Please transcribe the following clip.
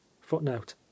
Footnote